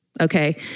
Okay